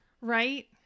Right